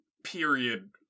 Period